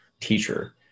teacher